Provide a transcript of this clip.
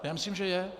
Já myslím, že je.